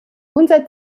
unser